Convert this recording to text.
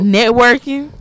Networking